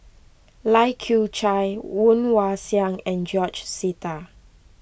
Lai Kew Chai Woon Wah Siang and George Sita